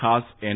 ખાસ એન